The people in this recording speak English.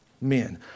Men